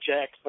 Jack